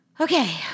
Okay